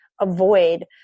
avoid